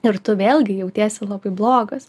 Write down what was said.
ir tu vėlgi jautiesi labai blogas